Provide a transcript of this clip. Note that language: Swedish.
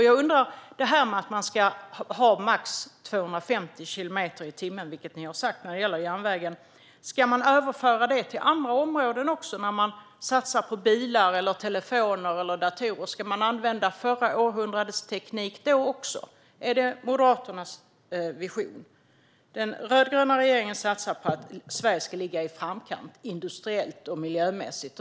Jag undrar också om det här att man ska ha en maxhastighet på 250 kilometer i timmen, vilket ni har sagt när det gäller järnvägen. Ska man överföra det till andra områden? När man satsar på bilar, telefoner eller datorer, ska man använda förra århundradets teknik då också? Är det Moderaternas vision? Den rödgröna regeringen satsar på att Sverige ska ligga i framkant industriellt och miljömässigt.